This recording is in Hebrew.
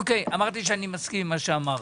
אוקיי, אמרתי שאני מסכים עם מה שאמרת.